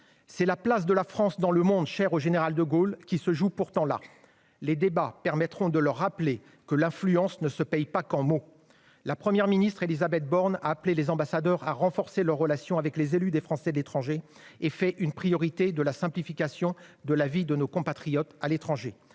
la place de la France dans le monde, chère au général de Gaulle, qui se joue là. Peut-être les débats leur rappelleront-ils que l'influence ne se paie pas qu'en mots. Enfin, la Première ministre Élisabeth Borne a appelé les ambassadeurs à renforcer leur relation avec les élus des Français de l'étranger et a fait de la simplification de la vie de nos compatriotes à l'étranger